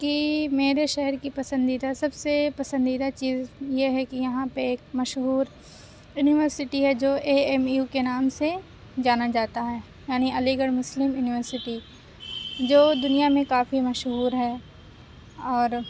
کہ میرے شہر کی پسندیدہ سب سے پسندیدہ چیز یہ ہے کہ یہاں پہ ایک مشہور یونیورسٹی ہے جو اے ایم یو کے نام سے جانا جاتا ہے یعنی علی گڑھ مسلم یونیورسٹی جو دُنیا میں کافی مشہور ہے اور